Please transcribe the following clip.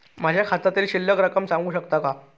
माझ्या खात्यातील शिल्लक रक्कम सांगू शकता का?